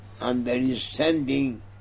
understanding